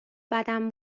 بدم